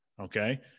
Okay